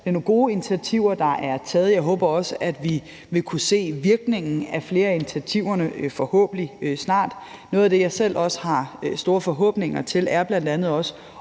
Det er nogle gode initiativer, der er taget, og jeg håber også, at vi forhåbentlig snart vil kunne se virkningen af flere af initiativerne. Noget af det, jeg selv har store forhåbninger til, er bl.a. oprettelsen